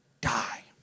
die